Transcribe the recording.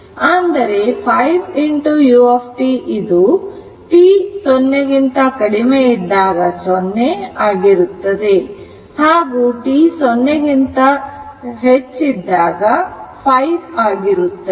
ಅಂದರೆ 5 u ಇದು t0 ಇದ್ದಾಗ ಸೊನ್ನೆ ಆಗಿರುತ್ತದೆ ಹಾಗೂ t0 ಇದ್ದಾಗ 5 ಆಗಿರುತ್ತದೆ